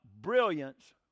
brilliance